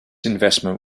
investment